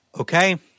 Okay